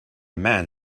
man